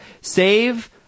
save